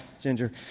Ginger